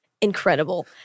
Incredible